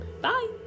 Bye